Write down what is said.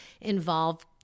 involve